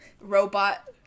robot